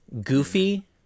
goofy